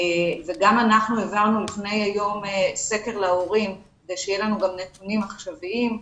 גם אנחנו העברנו סקר להורים כדי שיהיו לנו נתונים עכשוויים.